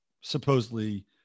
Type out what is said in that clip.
supposedly